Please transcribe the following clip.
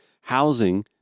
housing